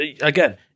again